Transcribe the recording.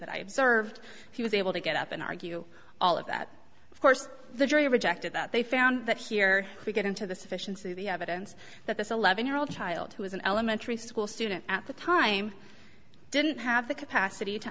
that i observed he was able to get up and argue all of that of course the jury rejected that they found that here we get into the sufficiency of the evidence that this eleven year old child who was an elementary school student at the time didn't have the capacity to